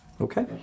Okay